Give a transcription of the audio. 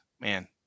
man